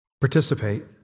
Participate